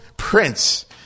Prince